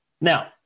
Now